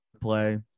play